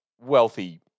wealthy